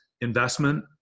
investment